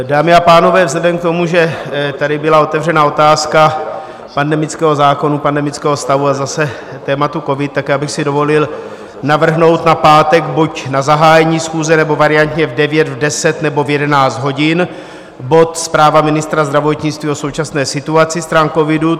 Dámy a pánové, vzhledem k tomu, že tady byla otevřena otázka pandemického zákona, pandemického stavu a zase tématu covid, tak bych si dovolil navrhnout na pátek buď na zahájení schůze, nebo variantně v 9, v 10 nebo v 11 hodin bod Zpráva ministra zdravotnictví o současné situaci stran covidu.